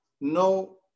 no